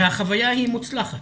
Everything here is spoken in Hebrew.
והחוויה היא מוצלחת.